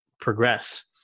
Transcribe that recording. progress